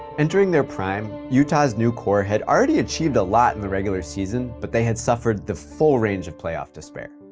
entering their prime, utah's new core had already achieved a lot in the regular season, but they had suffered the full range of playoff despair.